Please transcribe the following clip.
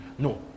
No